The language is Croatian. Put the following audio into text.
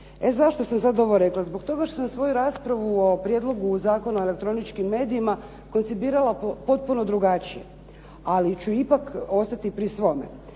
zašto sam sada ovo rekla? Zbog toga što sam svoju raspravu o Prijedlogu Zakona o elektroničkim medijima koncipirala potpuno drugačije, ali ću ipak ostati pri svom